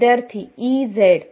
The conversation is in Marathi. विद्यार्थीः E z